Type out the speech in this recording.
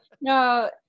no